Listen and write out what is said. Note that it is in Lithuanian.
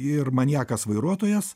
ir maniakas vairuotojas